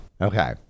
Okay